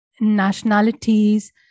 nationalities